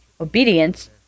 obedience